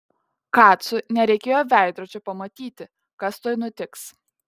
kacui nereikėjo veidrodžio pamatyti kas tuoj nutiks